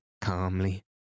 calmly